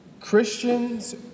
Christians